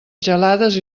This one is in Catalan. gelades